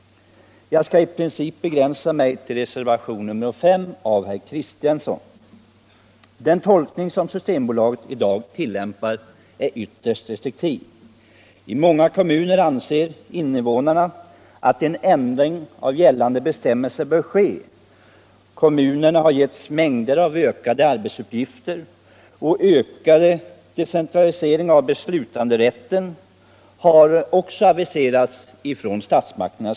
Jag skall i princip begränsa mig till reservationen 5 av herr Kristenson. Den tolkning som Systembolaget tillämpar är ytterst restriktiv. I många kommuner anser invånarna att en ändring av gällande bestämmelser bör ske. Kommunerna har getts mängder av ökade arbetsuppgifter, och ökad decentralisering av beslutanderätten har aviserats av statsmakterna.